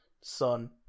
son